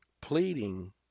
Pleading